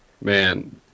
man